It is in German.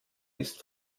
ist